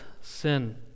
sin